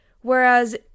Whereas